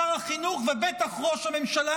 שר החינוך ובטח ראש הממשלה,